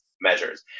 measures